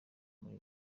muri